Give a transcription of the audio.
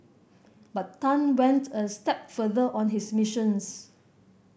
but Tan went a step further on his missions